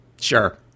Sure